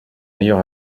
meilleur